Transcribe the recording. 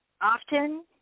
often